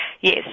Yes